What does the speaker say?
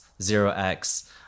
ZeroX